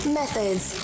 methods